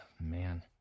Man